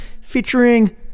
featuring